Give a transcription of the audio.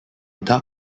dark